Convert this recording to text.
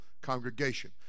congregation